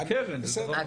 הקרן זה דבר אחר.